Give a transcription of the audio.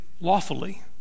lawfully